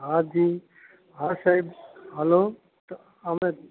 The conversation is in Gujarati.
હાજી હા સાહેબ હલો તો અવાજ